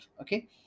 okay